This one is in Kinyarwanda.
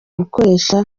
gukoresha